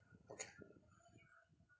okay